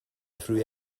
free